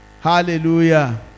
Hallelujah